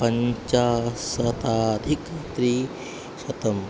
पञ्चशताधिकत्रिशतं